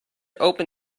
open